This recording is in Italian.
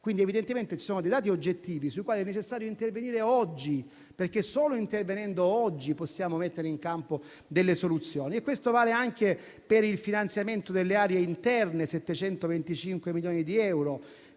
quindi evidentemente ci sono dei dati oggettivi sui quali è necessario intervenire oggi, perché così possiamo mettere in campo delle soluzioni. Questo vale anche per il finanziamento delle aree interne (725 milioni di euro),